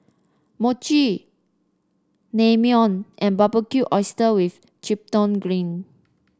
Mochi Naengmyeon and Barbecued Oyster with Chipotle Glaze